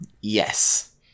Yes